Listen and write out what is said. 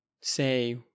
say